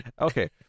okay